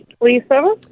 Lisa